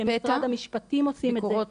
אנשי משרד המשפטים עושים את זה,